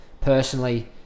personally